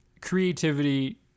creativity